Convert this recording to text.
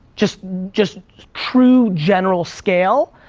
just just true general scale,